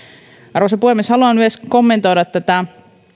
arvoisa puhemies haluan kommentoida myös tätä